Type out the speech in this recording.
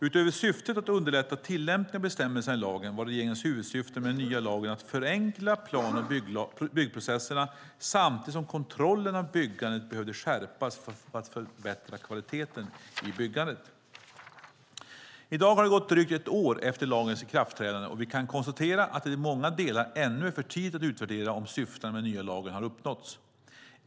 Utöver syftet att underlätta tillämpningen av bestämmelserna i lagen var regeringens huvudsyfte med den nya lagen att förenkla plan och byggprocesserna samtidigt som kontrollen av byggandet behövde skärpas för att förbättra kvaliteten i byggandet. I dag har det gått drygt ett år sedan lagens ikraftträdande, och vi kan konstatera att det i många delar ännu är för tidigt att utvärdera om syftena med den nya lagen har uppnåtts.